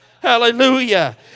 Hallelujah